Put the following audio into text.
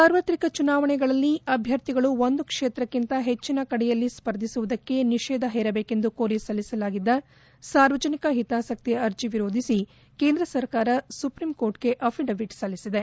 ಸಾರ್ವತ್ರಿಕ ಚುನಾವಣೆಯಲ್ಲಿ ಅಭ್ವರ್ಥಿಗಳು ಒಂದು ಕ್ಷೇತ್ರಕ್ಕಿಂತ ಹೆಚ್ಚಿನ ಕಡೆಯಲ್ಲಿ ಸ್ಪರ್ಧಿಸುವುದಕ್ಕೆ ನಿಷೇಧ ಹೇರಬೇಕೆಂದು ಕೋರಿ ಸಲ್ಲಿಸಲಾಗಿದ್ದ ಸಾರ್ವಜನಿಕ ಹಿತಾಸಕ್ಕಿ ಅರ್ಜಿ ವಿರೋಧಿಸಿ ಕೇಂದ್ರ ಸರ್ಕಾರ ಸುಪ್ರೀಂ ಕೋರ್ಟ್ಗೆ ಅಫಿಡವಿಟ್ ಸಲ್ಲಿಸಿದೆ